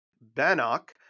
Bannock